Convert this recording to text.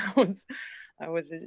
i was. i was.